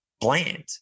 bland